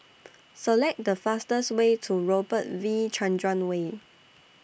Select The fastest Way to Robert V Chandran Way